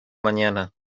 mañana